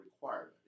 requirement